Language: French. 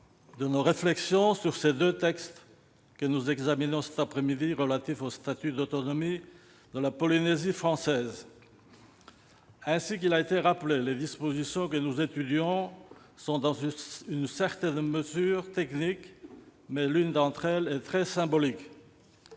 de nos réflexions sur les deux textes que nous examinons cet après-midi, relatifs au statut d'autonomie de la Polynésie française. Ainsi qu'il a été rappelé, les dispositions que nous étudions sont, dans une certaine mesure, techniques, mais l'une d'entre elles est très symbolique.